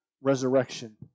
resurrection